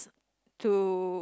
to